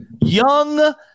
Young